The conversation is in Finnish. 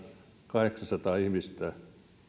kahdeksansataa ihmistä